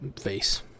face